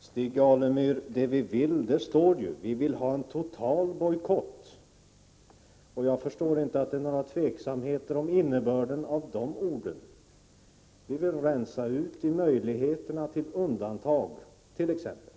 Herr talman! Det vi vill står skrivet. Vi vill ha en total bojkott. Jag förstår inte att det kan råda några tveksamheter om innebörden av de orden. Vpk vill rensa ut bland möjligheterna att medge undantag, t.ex.